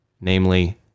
Namely